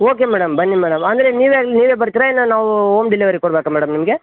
okay madam ಬನ್ನಿ madam ಅಂದರೆ ನೀವೆ ನೀವೆ ಬರ್ತೀರಾ ಇಲ್ಲ ನಾವು ಓಮ್ ಡೆಲಿವರಿ ಕೊಡ್ಬೇಕಾ ಮೇಡಮ್ ನಿಮಗೆ